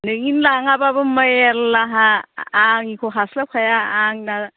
नोंनि लाङाबाबो मेरला आंहा आंनिखौ हास्लाबखाया आंना